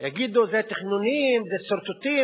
יגידו: זה תכנונים, זה סרטוטים,